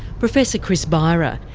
professor chris beyrer.